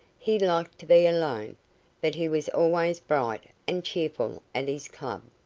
he liked to be alone, but he was always bright and cheerful at his club.